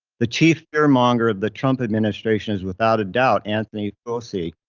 the chief fearmonger of the trump administration is without a doubt anthony fauci,